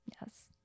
Yes